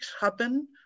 happen